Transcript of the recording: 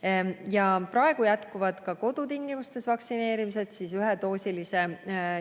Praegu jätkub ka kodutingimustes vaktsineerimine ühedoosilise